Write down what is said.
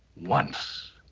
once.